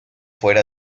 fuera